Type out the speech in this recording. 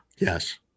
Yes